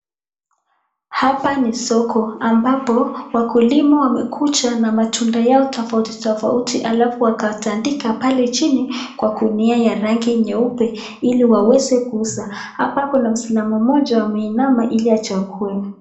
Hapa ni soko ambapo wakulima wamekuja na matunda yao tofauti tofauti, alafu wakatandika pale chini kwa gunia ya rangi nyeupe ili waweze kuuza. Hapa kuna muisilamu mmoja ameinama ili achague.